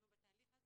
אנחנו בתהליך הזה,